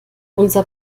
unser